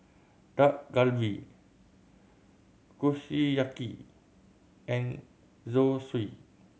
Dak Galbi Kushiyaki and Zosui